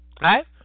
right